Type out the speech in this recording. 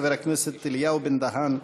חבר הכנסת אליהו בן-דהן,